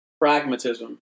pragmatism